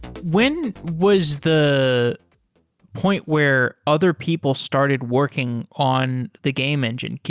when was the point where other people started working on the game engine?